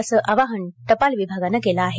असे आवाहन टपाल विभागानं केलं आहे